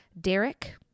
Derek